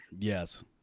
Yes